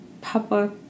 public